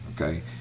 okay